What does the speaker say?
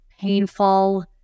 painful